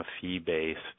fee-based